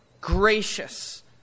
gracious